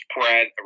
spread